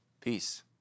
Peace